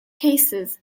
cases